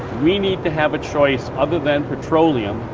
we need to have a choice other than petroleum,